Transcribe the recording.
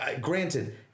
granted